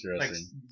interesting